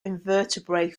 invertebrate